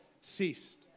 ceased